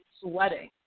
sweating